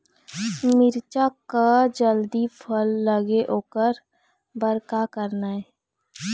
मिरचा म जल्दी फल लगे ओकर बर का करना ये?